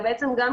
כן.